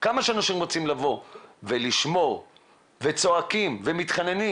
כמה שאנשים רוצים לבוא ולשמור וצועקים ומתחננים,